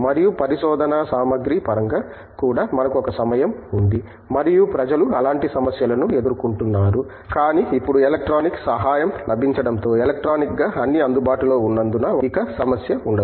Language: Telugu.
మరియు పరిశోధనా సామగ్రి పరంగా కూడా మనకు ఒక సమయం ఉంది మరియు ప్రజలు అలాంటి సమస్యలను ఎదుర్కొంటున్నారు కానీ ఇప్పుడు ఎలక్ట్రానిక్ సహాయం లభించడంతో ఎలక్ట్రానిక్ గా అన్నీ అందుబాటులో ఉన్నందున ఇక సమస్య ఉండదు